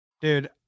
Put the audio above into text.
dude